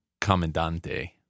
comandante